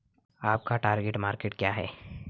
आपका target market क्या है?